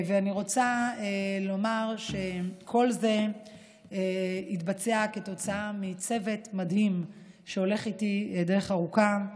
ואני רוצה לומר שכל זה התבצע כתוצאה מצוות מדהים שהולך איתי דרך ארוכה,